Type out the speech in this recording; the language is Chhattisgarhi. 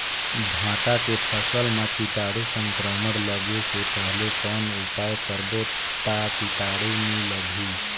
भांटा के फसल मां कीटाणु संक्रमण लगे से पहले कौन उपाय करबो ता कीटाणु नी लगही?